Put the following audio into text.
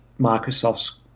Microsoft's